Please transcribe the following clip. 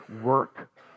work